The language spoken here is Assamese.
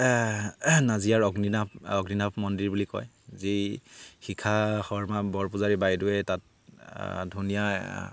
নাজিৰাৰ অগ্নিনাভ অগ্নিনাভ মন্দিৰ বুলি কয় যি শিখা শৰ্মা বৰপূজাৰী বাইদেৱে তাত ধুনীয়া